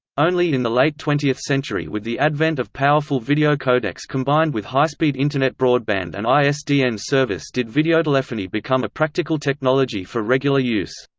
only in the late twentieth century with the advent of powerful video codecs combined with high-speed internet broadband and isdn service did videotelephony become a practical technology for regular use.